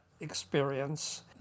experience